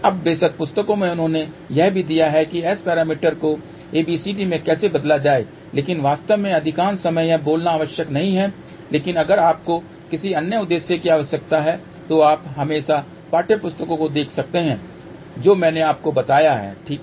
अब बेशक पुस्तकों में उन्होंने यह भी दिया है कि S पैरामीटर को ABCD में कैसे बदला जाए लेकिन वास्तव में अधिकांश समय यह बोलना आवश्यक नहीं है लेकिन अगर आपको किसी अन्य उद्देश्य की आवश्यकता है तो आप हमेशा पाठ्यपुस्तकों को देख सकते हैं जो मैंने आपको बताया है ठीक है